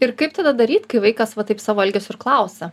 ir kaip tada daryt kai vaikas va taip savo elgesiu ir klausia